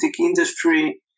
industry